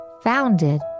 founded